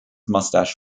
mustache